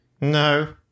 No